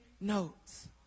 notes